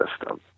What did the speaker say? system